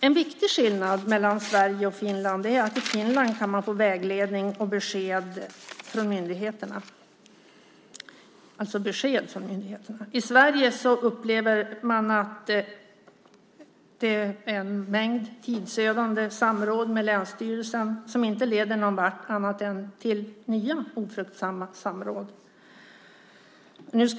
En viktig skillnad mellan Sverige och Finland är att man i Finland kan få besked från myndigheterna. I Sverige upplever man att det är en mängd tidsödande samråd med länsstyrelsen som inte leder någon vart annat än till nya ofruktsamma samråd.